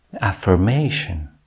affirmation